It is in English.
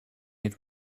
had